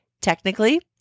technically